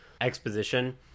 exposition